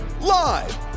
live